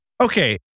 Okay